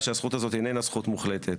העובדה שהזכות הזאת איננה זכות מוחלטת.